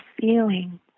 feeling